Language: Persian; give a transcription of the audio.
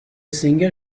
سینگر